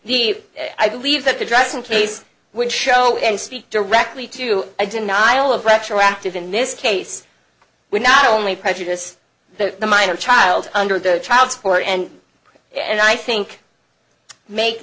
the i believe that the dressing case would show and speak directly to deny all of retroactive in this case would not only prejudice the the minor child under the child support and and i think make